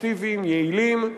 אפקטיביים ויעילים.